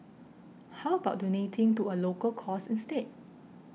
how about donating to a local cause instead